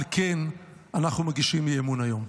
על כן אנחנו מגישים אי-אמון היום.